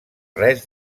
res